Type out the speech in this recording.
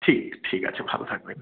ঠিক ঠিক আছে ভালো থাকবেন